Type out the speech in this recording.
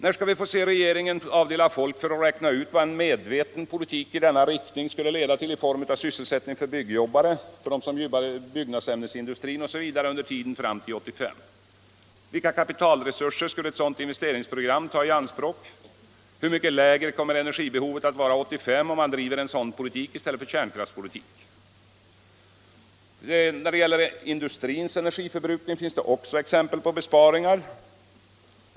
När skall vi få se regeringen avdela folk för att räkna ut vad en medveten politik i denna riktning skulle leda till i form av sysselsättning för byggjobbare och för dem som arbetar i byggnadsämnesindustrin osv. fram till 1985? Vilka kapitalresurser skulle ett sådant investeringsprogram ta i anspråk? Hur mycket lägre kommer energibehovet att vara 1985, om man driver en sådan politik i stället för kärnkraftspolitik? När det gäller industrins energiförbrukning finns det också exempel på besparingar.